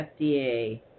FDA